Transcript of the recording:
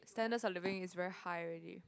standards of living is very high already